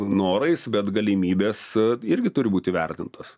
norais bet galimybės irgi turi būt įvertintos